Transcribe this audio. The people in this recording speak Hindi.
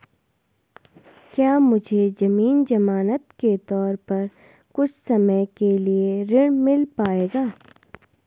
क्या मुझे ज़मीन ज़मानत के तौर पर कुछ समय के लिए ऋण मिल पाएगा?